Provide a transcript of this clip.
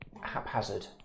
haphazard